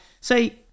Say